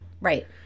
Right